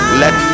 let